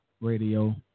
radio